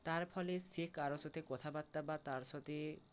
তার ফলে সে কারো সাথে কথাবার্তা বা তার সাথে